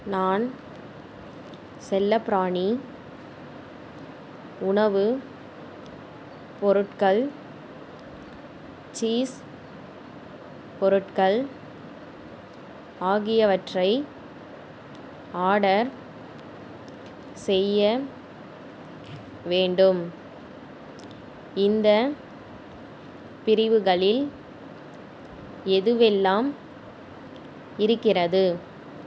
நான் செல்லப்பிராணி உணவுப் பொருட்கள் சீஸ் பொருட்கள் ஆகியவற்றை ஆர்டர் செய்ய வேண்டும் இந்தப் பிரிவுகளில் எதுவெல்லாம் இருக்கிறது